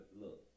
Look